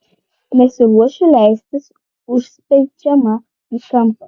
nesiruošiu leistis užspeičiama į kampą